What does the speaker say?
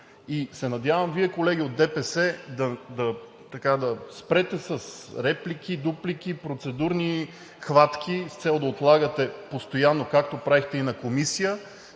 Надявам се Вие, колеги от ДПС, да спрете с реплики, дуплики, процедурни хватки с цел да отлагате постоянно, както правихте и на Комисията